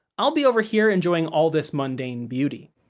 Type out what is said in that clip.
i'll be over here enjoying all this mundane beauty.